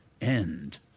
end